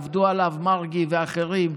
עבדו עליו מרגי ואחרים,